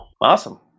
Awesome